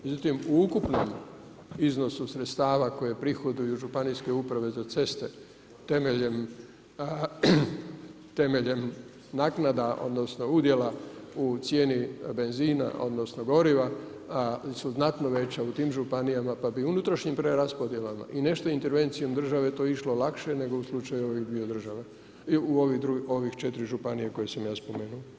Međutim, u ukupno iznosu sredstava koje prihoduju županijske uprave za ceste temeljem naknada odnosno udjela u cijeni benzina odnosno goriva su znatno veća u tim županijama pa bi unutrašnjim preraspodjelama i nešto intervencijom države to išlo lakše nego u slučaju ovih 2 država i u ovih 4 županija koje sam ja spomenuo.